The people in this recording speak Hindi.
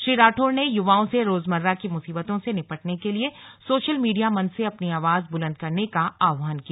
श्री राठौड़ ने युवाओं से रोजमर्रा की मुसीबतों से निपटने के लिए सोशल मीडिया मंच से अपनी आवाज बुलंद करने का आह्वान किया